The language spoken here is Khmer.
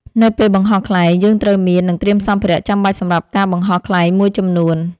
នៅពេលបង្ហោះខ្លែង យើងត្រូវមាន និងត្រៀមសម្ភារៈចាំបាច់សម្រាប់ការបង្ហោះខ្លែងមួយចំនួន។